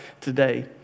today